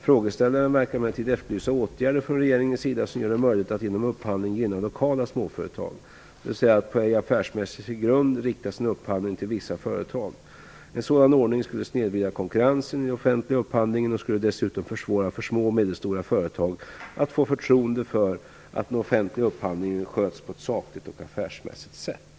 Frågeställaren verkar emellertid efterlysa åtgärder från regeringens sida som gör det möjligt att genom upphandling gynna lokala småföretag, dvs. att på ej affärsmässig grund rikta sin upphandling till vissa företag. En sådan ordning skulle snedvrida konkurrensen i den offentliga upphandlingen och skulle dessutom försvåra för små och medelstora företag att få förtroende för att den offentliga upphandlingen sköts på ett sakligt och affärsmässigt sätt.